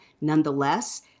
Nonetheless